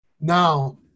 Now